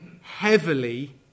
heavily